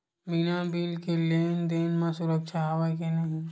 बिना बिल के लेन देन म सुरक्षा हवय के नहीं?